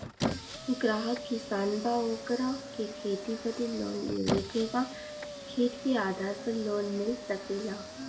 ग्राहक किसान बा ओकरा के खेती बदे लोन लेवे के बा खेत के आधार पर लोन मिल सके ला?